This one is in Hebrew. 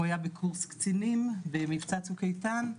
הוא היה בקורס קצינים במבצע צוק איתן,